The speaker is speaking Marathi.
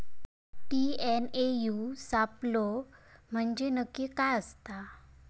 टी.एन.ए.यू सापलो म्हणजे काय असतां?